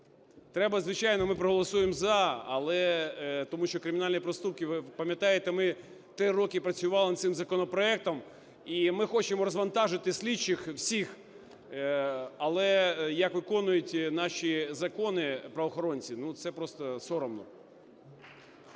Треба, звичайно, ми проголосуємо "за", але, тому що кримінальні проступки… Ви пам'ятаєте, ми 3 роки працювали над цим законопроектом, і ми хочемо розвантажити слідчих всіх. Але як виконують наші закони правоохоронці, ну, це просто соромно.